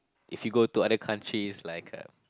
if you go to other countries like uh